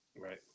right